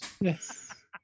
Yes